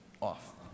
off